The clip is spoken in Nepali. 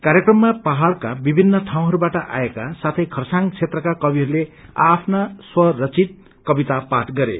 कार्यक्रममा पहाड़का विभिन्न ठाउँहरूबाट आएका साथै खरसाङ क्षेत्रका कविहरूले आ आफ्ना स्वरचित कविता पाठ गरे